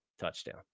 TOUCHDOWN